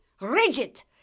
Rigid